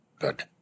good